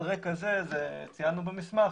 על רקע זה, ציינו במסמך,